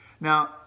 Now